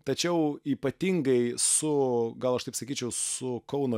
tačiau ypatingai su gal aš taip sakyčiau su kauno